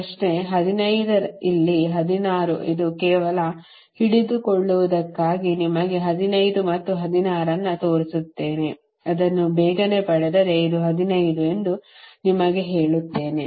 ಪ್ರಶ್ನೆ 15 ಇಲ್ಲಿ 16 ಇದು ಕೇವಲ ಹಿಡಿದಿಟ್ಟುಕೊಳ್ಳುವುದಕ್ಕಾಗಿ ನಿಮಗೆ 15 ಮತ್ತು 16 ಅನ್ನು ತೋರಿಸುತ್ತೇನೆ ಅದನ್ನು ಬೇಗನೆ ಪಡೆದರೆ ಇದು 15 ಎಂದು ನಿಮಗೆ ಹೇಳುತ್ತೇನೆ